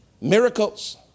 miracles